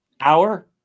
hour